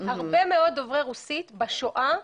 הרבה מאוד דוברי רוסית בשואה,